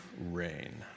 rain